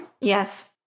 Yes